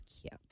cute